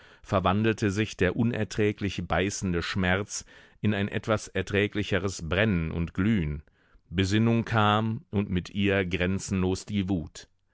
verwandelte sich der unerträglich beißende schmerz in ein etwas erträglicheres brennen und glühen besinnung kam und mit ihr grenzenlos die wut